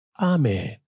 Amen